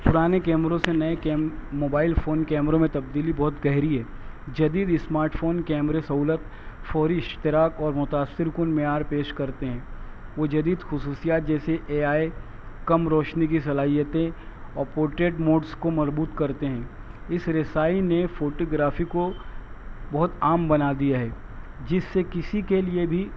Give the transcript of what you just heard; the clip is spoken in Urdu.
پرانے کیمروں سے نئے موبائل فون کیمروں میں تبدیلی بہت گہری ہے جدید اسمارٹ فون کیمرے سہولت فوری اشتراک اور متأثر کن معیار پیش کرتے ہیں وہ جدید خصوصیات جیسے اے آئی کم روشنی کی صلاحیتیں اور پورٹریٹ موڈس کو مربوط کرتے ہیں اس رسائی نے فوٹوگرافی کو بہت عام بنا دیا ہے جس سے کسی کے لیے بھی